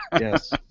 Yes